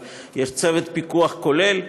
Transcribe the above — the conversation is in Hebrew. אבל יש צוות פיקוח כולל,